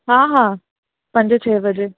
हा हा पंज छ्ह बजे